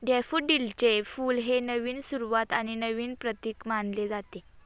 डॅफोडिलचे फुल हे नवीन सुरुवात आणि नवीन प्रतीक मानले जाते